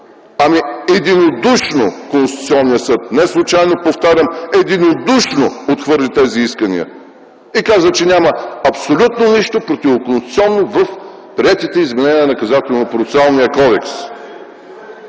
Единодушно Конституционният съд – не случайно повтарям – единодушно отхвърли тези искания и каза, че няма абсолютно нищо противоконституционно в приетите изменения на Наказателнопроцесуалния кодекс.